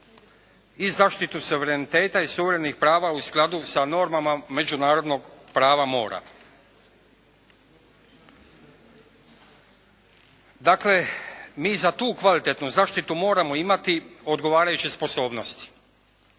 i zaštitu suvereniteta i suverenih prava u skladu sa normama međunarodnog prava mora. Dakle, mi za tu kvalitetnu zaštitu moramo imati odgovarajuće sposobnosti